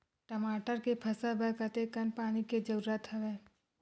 टमाटर के फसल बर कतेकन पानी के जरूरत हवय?